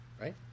right